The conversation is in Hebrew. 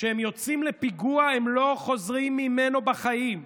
כשהם יוצאים לפיגוע הם לא חוזרים ממנו בחיים.